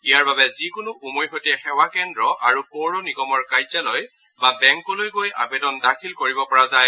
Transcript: ইয়াৰ বাবে যিকোনো উমৈহতীয়া সেৱা কেন্দ্ৰ বা পৌৰ নিগমৰ কাৰ্যালয় বা বেংকলৈ গৈ আবেদন দাখিল কৰিব পৰা যায়